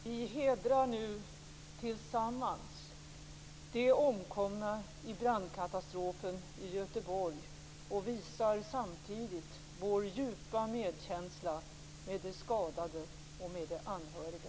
Vi hedrar nu tillsammans de omkomna vid brandkatastrofen i Göteborg med en tyst minut och visar samtidigt vår djupa medkänsla med de skadade och med de anhöriga.